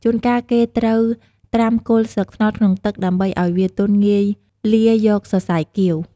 ជួនកាលគេត្រូវត្រាំគល់ស្លឹកត្នោតក្នុងទឹកដើម្បីឲ្យវាទន់ងាយលាយកសរសៃគាវ។